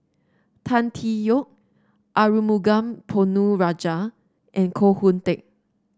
Tan Tee Yoke Arumugam Ponnu Rajah and Koh Hoon Teck